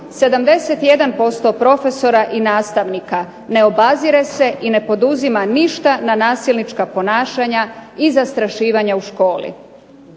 71% profesora i nastavnika ne obazire se i ne poduzima ništa na nasilnička ponašanja i zastrašivanja u školi.